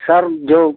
sir जो